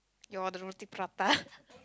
your the roti prata